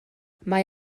mae